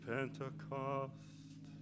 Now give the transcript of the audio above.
Pentecost